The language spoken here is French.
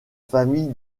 famille